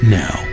now